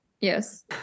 Yes